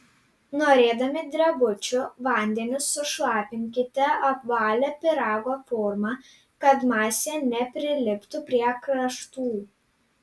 norėdami drebučių vandeniu sušlapinkite apvalią pyrago formą kad masė nepriliptų prie kraštų